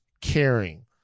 caring